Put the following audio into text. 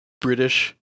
British